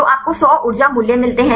तो आपको 100 ऊर्जा मूल्य मिलते हैं